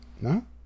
No